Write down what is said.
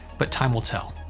but time will tell.